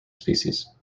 species